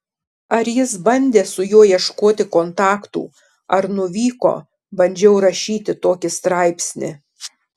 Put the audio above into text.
ar jis bandė su juo ieškoti kontaktų ar nuvyko bandžiau rašyti tokį straipsnį